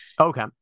Okay